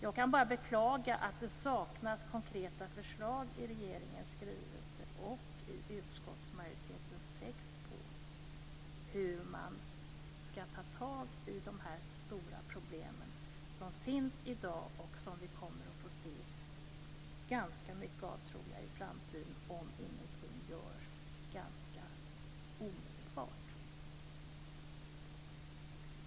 Jag kan bara beklaga att det saknas konkreta förslag i regeringens skrivelse och i utskottsmajoritetens text om hur man skall ta tag i de stora problem som finns i dag och som vi kommer att få se ganska mycket av i framtiden, om ingenting görs tämligen omedelbart.